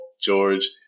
George